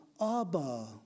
Abba